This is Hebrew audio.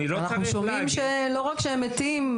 אנחנו שומעים שלא רק שהם מתים,